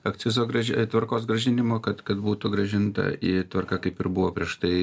akcizo grąži tvarkos grąžinimo kad kad būtų grąžinta į tvarka kaip ir buvo prieš tai